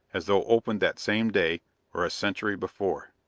as though opened that same day or a century before.